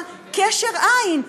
על קשר עין.